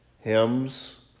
Hymns